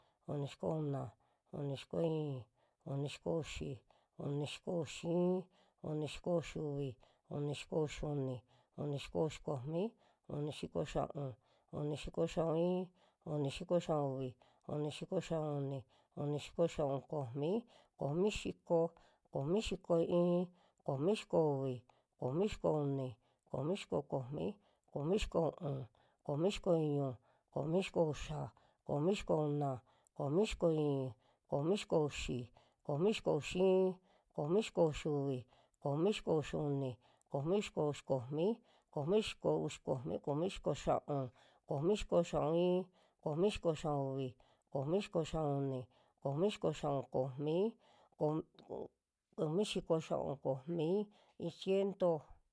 Uni xiko una, uni xiko i'in, uni xiko uxi, uni xiko uxi iin, uni xiko uxiuvi, uni xiko uxiuni, uni xiko uxi komi, uni xiko xia'un, uni xiko xia'un iin, uni xiko xia'un uvi, uni xiko xia'un uni, uni xiko xia'un komi, komi xiko, komi xiko iin, komi xiko uvi, komi xiko uni, komi xiko komi, komi xiko u'un, komi xiko iñu, komi xiko uxa, komi xiko una, komi xiko i'in, komi xiko uxi, komi xiko uxi iin, komi xiko uxiuvi, komi xiko uxi uni, komi xiko uxi komi, komi xiko uxi komi, komi xiko xia'un, komixiko xia'un iin, komi xiko xia'un uvi, komi xiko xia'un uni, komi xiko xia'un komi, kom- ko komi xiko xia'un komi, iin ciento.